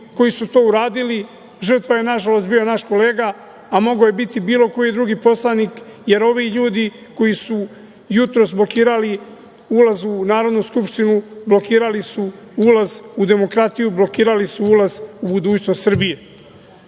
koji su to uradili. Žrtva je nažalost bio naš kolega, a mogao je biti bilo koji drugi poslanik, jer ovi ljudi koji su jutros blokirali ulaz u Narodnu skupštinu, blokirali su ulaz u demokratiju, blokirali su ulaz u budućnost Srbije.Za